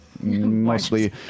mostly